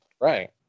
Right